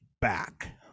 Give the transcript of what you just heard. back